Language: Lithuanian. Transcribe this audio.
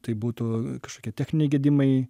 tai būtų kažkokie techniniai gedimai